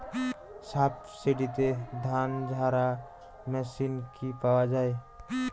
সাবসিডিতে ধানঝাড়া মেশিন কি পাওয়া য়ায়?